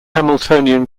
hamiltonian